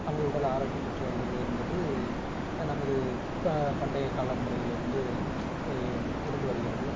நமது உடல் ஆரோக்கியம் பெற்று வருகிறது என்பது நமது இப்போ பண்டையக் கால முறையிலிருந்து இருந்து வருகிறது